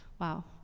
Wow